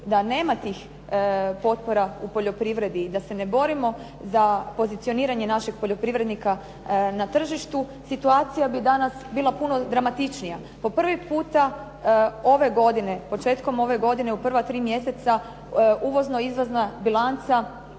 da nema tih potpora u poljoprivredi i da se ne borimo za pozicioniranje našeg poljoprivrednika na tržištu situacija bi danas bila puno dramatičnija. Po prvi puta ove godine, početkom ove godine u prva tri mjeseca uvozno izvozna bilanca